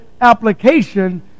application